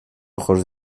ojos